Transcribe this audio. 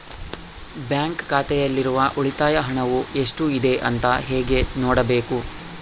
Bank ಖಾತೆಯಲ್ಲಿರುವ ಉಳಿತಾಯ ಹಣವು ಎಷ್ಟುಇದೆ ಅಂತ ಹೇಗೆ ನೋಡಬೇಕು?